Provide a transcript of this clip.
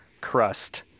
crust